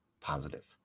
positive